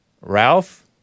Ralph